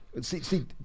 see